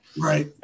Right